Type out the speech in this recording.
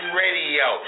radio